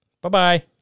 Bye-bye